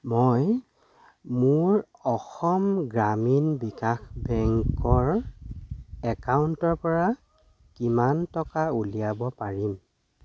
মই মোৰ অসম গ্ৰামীণ বিকাশ বেংকৰ একাউণ্টৰ পৰা কিমান টকা উলিয়াব পাৰিম